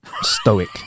stoic